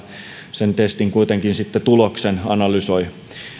sen testin tuloksen kuitenkin sitten analysoivat